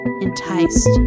enticed